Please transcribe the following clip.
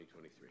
2023